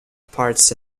parts